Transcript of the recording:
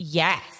yes